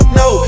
no